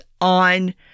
on